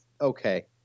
okay